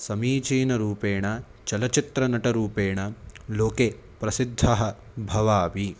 समीचीनं रूपेण चलचित्रनटरूपेण लोके प्रसिद्धः भवामि